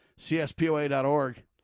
CSPOA.org